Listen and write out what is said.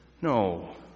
No